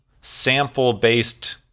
sample-based